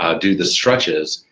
ah do the stretches,